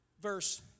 verse